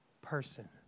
person